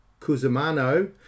Cusimano